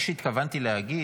מה שהתכוונתי להגיד,